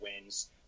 wins